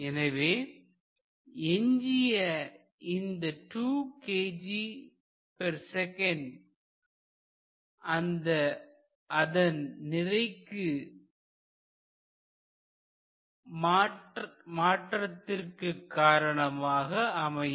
எனவே எஞ்சிய இந்த 2 kgsec அதன் நிறை மாற்றத்திற்கு காரணமாக அமையும்